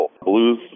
Blues